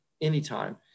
anytime